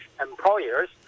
employers